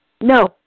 No